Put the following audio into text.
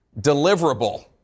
deliverable